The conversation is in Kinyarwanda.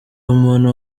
umuntu